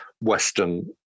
Western